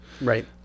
Right